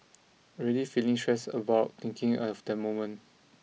already feeling stressed about thinking of that moment